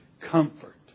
comfort